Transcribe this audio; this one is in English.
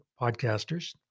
podcasters